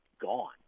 gone